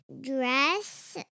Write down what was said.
dress